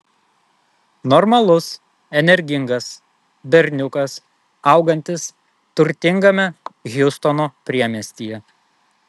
normalus energingas berniukas augantis turtingame hjustono priemiestyje